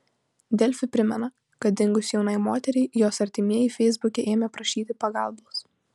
delfi primena kad dingus jaunai moteriai jos artimieji feisbuke ėmė prašyti pagalbos